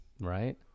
Right